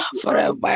forever